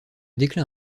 déclin